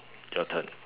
your turn